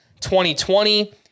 2020